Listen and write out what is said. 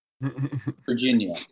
Virginia